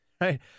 right